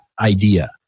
idea